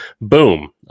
boom